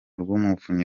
rw’umuvunyi